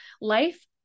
Life